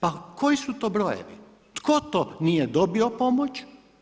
Pa koji su to brojevi, tko to nije dobio pomoć?